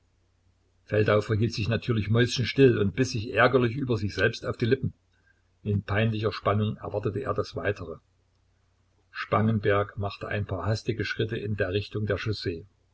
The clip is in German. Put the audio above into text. feldau verhielt sich natürlich mäuschenstill und biß sich ärgerlich über sich selbst auf die lippen in peinlicher spannung erwartete er das weitere spangenberg machte ein paar hastige schritte in der richtung der